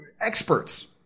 experts